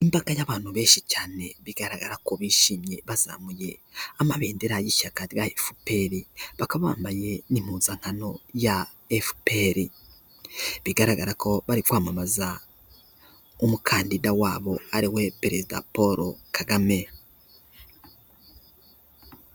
Imbaga y'abantu benshi cyane, bigaragara ko bishimye, bazamuye amabendera y'ishyaka rya efuperi, bakaba bambaye n'impunzankano ya efuperi, bigaragara ko bari kwamamaza umukandida wabo ari we perezida Paul Kagame.